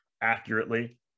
accurately